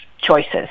choices